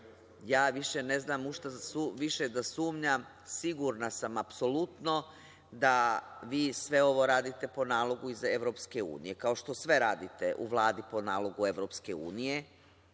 Ja više ne znam u šta da sumnjam. Sigurna sam apsolutno da vi sve ovo radite po nalogu iz Evropske unije, kao što sve radite u Vladi po nalogu Evropske unije,